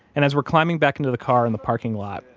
and as we're climbing back into the car in the parking lot,